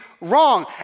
wrong